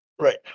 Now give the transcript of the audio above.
Right